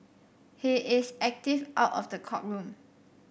he is active out of the courtroom